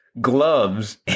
Gloves